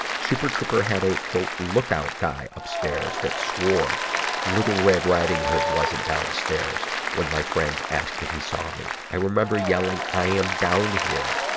super trooper had a lookout guy upstairs that swore little red riding hood wasn't downstairs when my friends asked if he saw me. i remember yelling, i am down here.